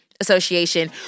Association